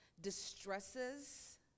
distresses